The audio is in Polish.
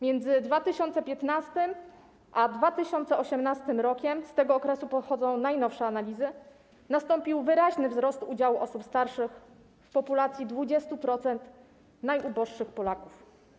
Między 2015 r. a 2018 r. - z tego okresu pochodzą najnowsze analizy - nastąpił wyraźny wzrost udziału osób starszych w populacji 20% najuboższych Polaków.